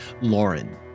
Lauren